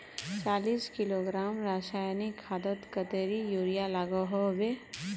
चालीस किलोग्राम रासायनिक खादोत कतेरी यूरिया लागोहो होबे?